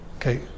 Okay